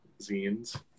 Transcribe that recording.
zines